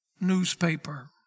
newspaper